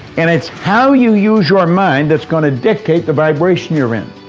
and it's how you use your mind that's going to dictate the vibration you're in.